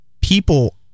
people